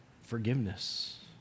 forgiveness